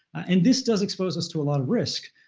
and this does expose us to a lot of risk.